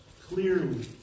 clearly